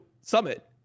summit